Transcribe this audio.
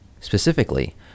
Specifically